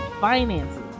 finances